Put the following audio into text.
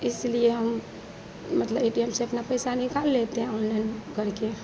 इसलिए हम मतलब ए टि यम से अपना पैसा निकाल लेते हैं ऑनलइन करके